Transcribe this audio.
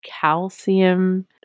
calcium